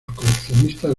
coleccionistas